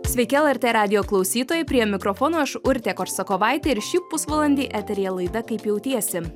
sveiki lrt radijo klausytojai prie mikrofono aš urtė korsakovaitė ir šį pusvalandį eteryje laida kaip jautiesi